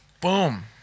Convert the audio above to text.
Boom